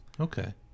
okay